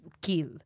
kill